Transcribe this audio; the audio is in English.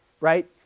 right